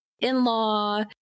in-law